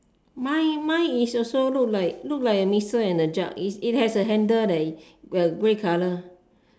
mine mine is also look like look like a missile and a jug it it has a handle leh uh grey colour